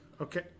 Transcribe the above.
Okay